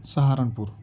Saharanpur